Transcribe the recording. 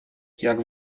jak